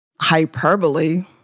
hyperbole